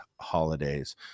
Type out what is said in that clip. holidays